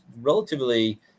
relatively